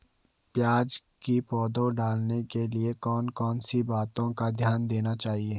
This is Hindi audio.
प्याज़ की पौध डालने के लिए कौन कौन सी बातों का ध्यान देना चाहिए?